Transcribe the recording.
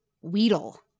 weedle